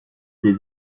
des